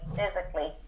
physically